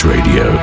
Radio